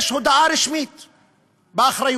יש הודאה רשמית באחריות,